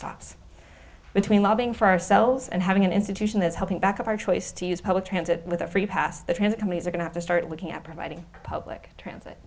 stops between lobbying for ourselves and having an institution that's helping back up our choice to use public transit with a free pass the transit companies are going to start looking at providing public transit